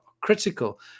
critical